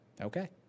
okay